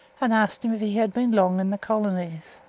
and asked him if he had been long in the colonies.